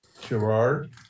Gerard